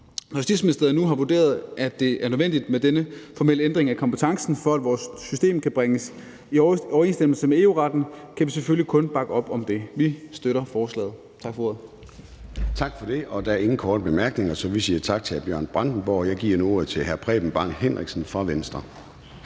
Når Justitsministeriet nu har vurderet, at det er nødvendigt med denne formelle ændring af kompetencen, for at vores system kan bringes i overensstemmelse med EU-retten, kan vi selvfølgelig kun bakke op om det. Vi støtter forslaget. Tak for ordet.